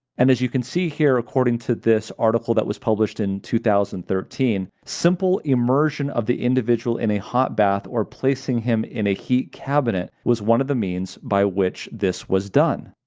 and as you can see here according to this article that was published in two thousand and thirteen, simple immersion of the individual in a hot bath or placing him in a heat cabinet was one of the means by which this was done,